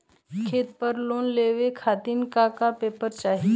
खेत पर लोन लेवल खातिर का का पेपर चाही?